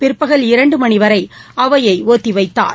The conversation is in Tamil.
பிற்பகல் இரண்டு மணி வரை அவையை ஒத்திவைத்தார்